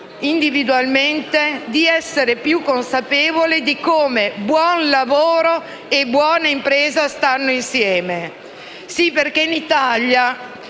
ad ognuno di essere più consapevoli di come buon lavoro e buona impresa stanno insieme. Sì, perché in Italia